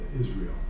Israel